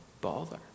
bother